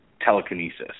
telekinesis